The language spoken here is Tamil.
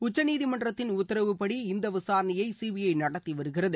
உச்சநீதிமன்றத்தின் உத்தரவுபடி இந்த விசாரணையை சிபிற நடத்தி வருகிறது